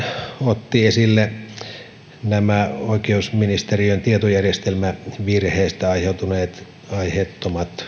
otti esille nämä oikeusministeriön tietojärjestelmävirheestä aiheutuneet aiheettomat